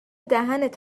دهنت